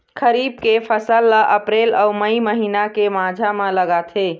खरीफ के फसल ला अप्रैल अऊ मई महीना के माझा म लगाथे